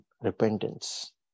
repentance